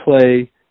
play